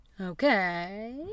Okay